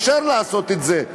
אפשר לעשות את זה.